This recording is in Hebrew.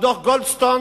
דוח גולדסטון